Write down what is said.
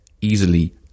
easily